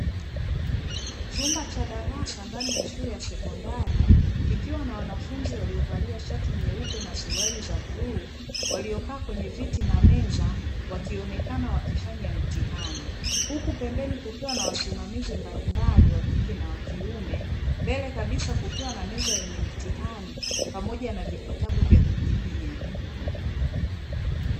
Chumba cha darasa ndani ya shule ya sekondari kikiwa na wanafunzi waliovalia shati nyeupe na suruali za bluu, waliokaa kwenye viti na meza wakionekana wakifanya mtihani, huku pembeni kukiwa na wasimamizi mbalimbali wakike na wakiume, mbele kabisa kukiwa na meza yenye mitihani pamoja na vijitabu vya kujibia.